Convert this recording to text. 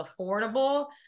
affordable